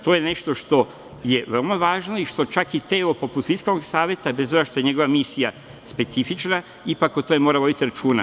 To je nešto što je veoma važno i o čemu čak i telo poput Fiskalnog saveta, bez obzira što je njegova misija specifična, ipak o tome mora voditi računa.